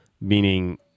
meaning